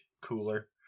cooler